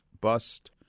bust